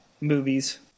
movies